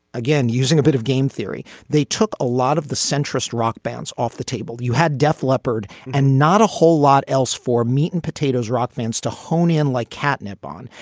again, using a bit of game theory, they took a lot of the centrist rock bands off the table. you had def leppard and not a whole lot else for meat and potatoes rock bands to hone in like catnip on.